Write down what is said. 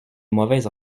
mauvaises